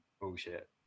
bullshit